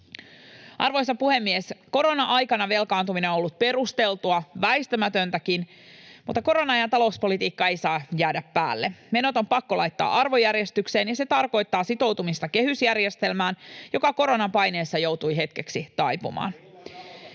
Arvoisa puhemies! Korona-aikana velkaantuminen on ollut perusteltua, väistämätöntäkin, mutta korona-ajan talouspolitiikka ei saa jäädä päälle. Menot on pakko laittaa arvojärjestykseen, ja se tarkoittaa sitoutumista kehysjärjestelmään, joka koronan paineessa joutui hetkeksi taipumaan.